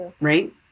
Right